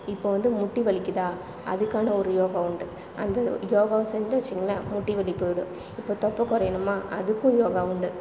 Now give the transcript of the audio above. இப்போ வந்து முட்டி வலிக்குதா அதுக்கான ஒரு யோகா உண்டு அந்த யோகாவை செஞ்சோம்னு வச்சிங்களேன் முட்டி வலி போய்டும் இப்போ தொப்பை குறையணுமா அதுக்கும் யோகா உண்டு